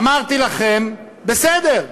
אמרתי לכם: בסדר.